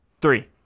three